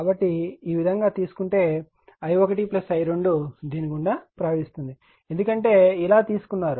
కాబట్టి ఈ విధంగా తీసుకుంటే i1 i2 దీని గుండా ప్రవహిస్తుంది ఎందుకంటే ఇలా తీసుకున్నారు